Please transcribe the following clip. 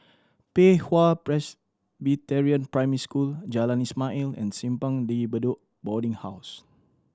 Pei Hwa Presbyterian Primary School Jalan Ismail and Simpang De Bedok Boarding House